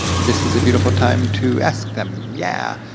this is a beautiful time to ask them. yeah,